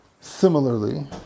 Similarly